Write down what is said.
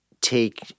take